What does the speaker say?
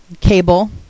cable